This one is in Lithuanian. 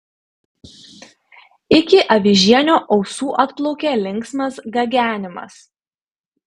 iki avižienio ausų atplaukė linksmas gagenimas